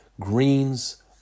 greens